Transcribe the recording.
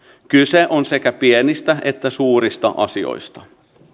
kyse on sekä pienistä että suurista asioista